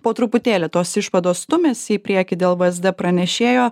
po truputėlį tos išvados stumiasi į priekį dėl vsd pranešėjo